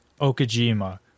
Okajima